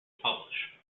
publish